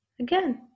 Again